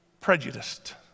prejudiced